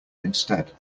instead